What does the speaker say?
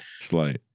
slight